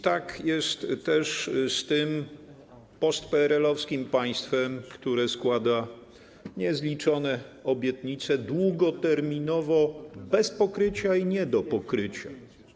Tak jest też z tym postpeerelowskim państwem, które składa niezliczone obietnice długoterminowo, bez pokrycia i nie do pokrycia.